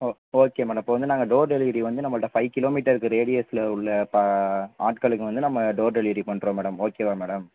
ஓ okay madam இப்போ வந்து நாங்கள் டோர் டெலிவரி வந்து நம்மள்கிட்ட ஃபைவ் கிலோ மீட்டருக்கு ரேடியஸில் உள்ள இப்போ ஆட்களுக்கு வந்து நம்ம டோர் டெலிவரி பண்ணுறோம் மேடம் ஓகேவா மேடம்